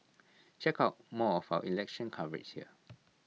check out more of our election coverage here